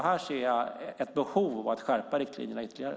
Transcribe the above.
Här ser jag ett behov av att skärpa riktlinjerna ytterligare.